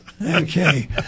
Okay